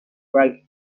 bright